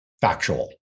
factual